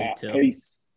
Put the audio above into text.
Peace